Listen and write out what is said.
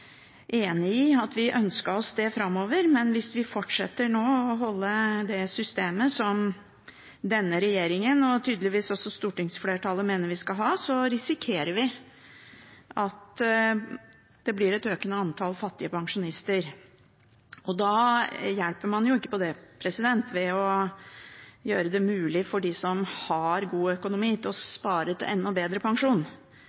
enig om at vi ønsket framover, men hvis vi fortsetter med det systemet denne regjeringen og tydeligvis også stortingsflertallet mener vi skal ha, risikerer vi at det blir et økende antall fattige pensjonister. Da hjelper man jo ikke på det ved å gjøre det mulig for dem som har god økonomi, å spare til